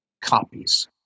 copies